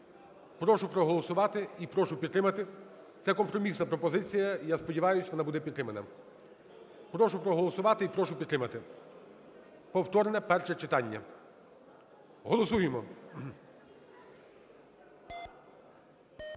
Прошу проголосувати і прошу підтримати. Це компромісна пропозиція. І я сподіваюся, вона буде підтримана. Прошу проголосувати і прошу підтримати. Повторне перше читання. Голосуємо!